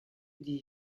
dis